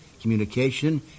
communication